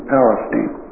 Palestine